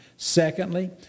Secondly